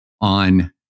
on